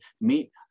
meet